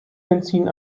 benzin